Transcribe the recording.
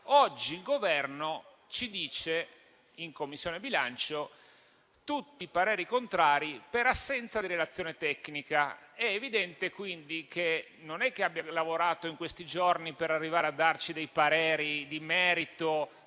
Oggi il Governo ci dice, in Commissione bilancio, che tutti i pareri sono contrari per assenza di relazione tecnica. È evidente, quindi, che la Commissione non ha lavorato in questi giorni per arrivare a darci dei pareri di merito